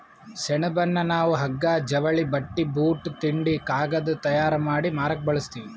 ಸೆಣಬನ್ನ ನಾವ್ ಹಗ್ಗಾ ಜವಳಿ ಬಟ್ಟಿ ಬೂಟ್ ತಿಂಡಿ ಕಾಗದ್ ತಯಾರ್ ಮಾಡಿ ಮಾರಕ್ ಬಳಸ್ತೀವಿ